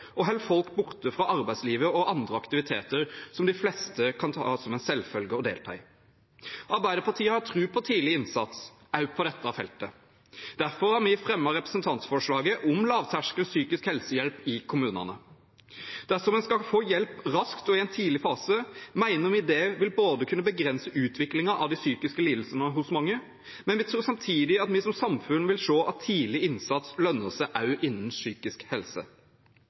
og holder folk borte fra arbeidslivet og andre aktiviteter som de fleste kan ta som en selvfølge å delta i. Arbeiderpartiet har tro på tidlig innsats også på dette feltet. Derfor har vi fremmet representantforslaget om lavterskel psykisk helsehjelp i kommunene. Dersom en får hjelp raskt og i en tidlig fase, mener vi det vil kunne begrense utviklingen av de psykiske lidelsene hos mange, og vi tror samtidig at vi som samfunn vil se at tidlig innsats lønner seg også innen psykisk helse.